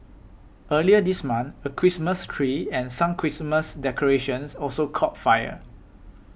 earlier this month a Christmas tree and some Christmas decorations also caught fire